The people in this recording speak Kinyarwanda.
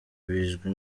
bizwi